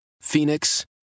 Phoenix